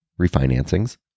refinancings